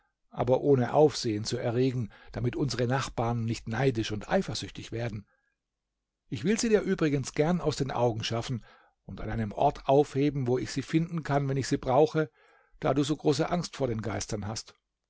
aber ohne aufsehen zu erregen damit unsere nachbarn nicht neidisch und eifersüchtig werden ich will sie dir übrigens gern aus den augen schaffen und an einem ort aufheben wo ich sie finden kann wann ich sie brauche da du so große angst vor den geistern hast